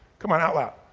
come on, out loud.